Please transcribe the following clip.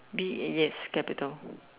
B a yes capital